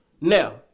Now